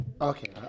Okay